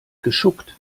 geschuckt